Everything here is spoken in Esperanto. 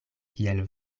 kiel